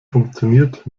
funktioniert